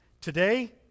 Today